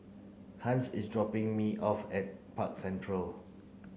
Hans is dropping me off at Park Central